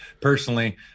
Personally